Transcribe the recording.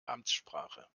amtssprache